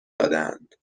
دادهاند